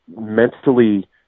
mentally